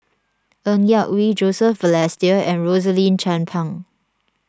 Ng Yak Whee Joseph Balestier and Rosaline Chan Pang